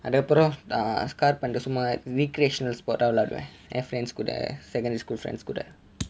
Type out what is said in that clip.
அதுக்கப்புறோம் காற்பந்து சும்மா:athukkapprom kaarpanthu summa recreational sport ஆக விளையாடுவேன் என்:aaga vilaiyaaduven en frien~ secondary school friends கூட:kooda